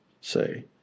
say